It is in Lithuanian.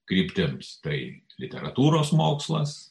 kryptims tai literatūros mokslas